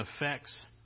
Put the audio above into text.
affects